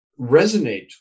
resonate